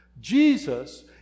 Jesus